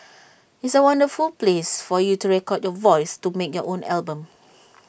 it's A wonderful place for you to record your voice to make your own album